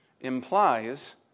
implies